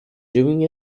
doing